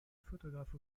photographe